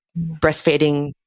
breastfeeding